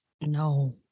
No